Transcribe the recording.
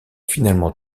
finalement